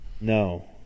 No